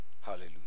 Hallelujah